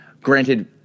Granted